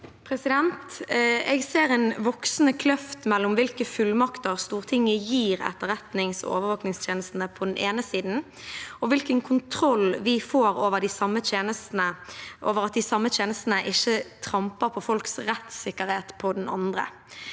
Jeg ser en voksende kløft mellom på den ene siden hvilke fullmakter Stortinget gir etterretnings- og overvåkingstjenestene, og på den andre siden hvilken kontroll vi får over at de samme tjenestene ikke tramper på folks rettssikkerhet.